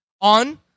on